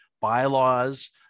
bylaws